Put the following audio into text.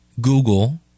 Google